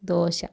dosa